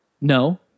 No